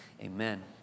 Amen